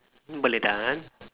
mm Malay dance